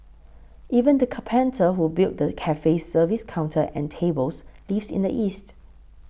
even the carpenter who built the cafe's service counter and tables lives in the east